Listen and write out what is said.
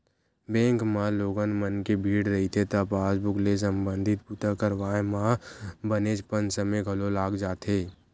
bank म लोगन मन के भीड़ रहिथे त पासबूक ले संबंधित बूता करवाए म बनेचपन समे घलो लाग जाथे